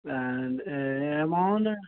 amount